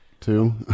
two